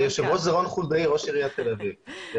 היושב-ראש זה רון חולדאי, ראש עיריית תל אביב-יפו.